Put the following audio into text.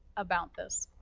about this?